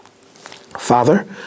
Father